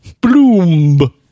Bloom